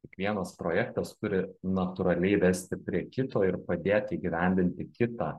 kiekvienas projektas turi natūraliai vesti prie kito ir padėti įgyvendinti kitą